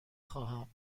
خواهم